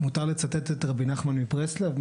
מותר לצטט את רבי נחמן מברסלב?